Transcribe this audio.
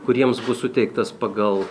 kuriems bus suteiktas pagal